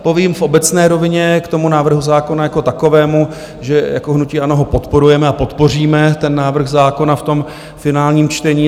Povím v obecné rovině k tomu návrhu zákona jako takovému, že jako hnutí ANO ho podporujeme a podpoříme ten návrh zákona v tom finálním čtení.